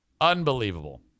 Unbelievable